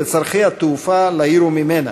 לצורכי התעופה לעיר וממנה,